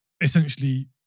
essentially